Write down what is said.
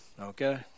okay